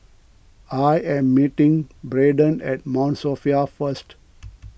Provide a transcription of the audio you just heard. I am meeting Braedon at Mount Sophia first